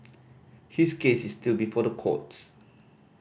his case is still before the courts